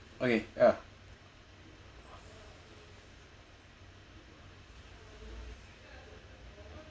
okay ya